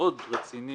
מאוד רציני